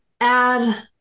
add